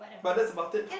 but that's about it